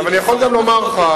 אבל אני יכול לומר לך,